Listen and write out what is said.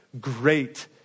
great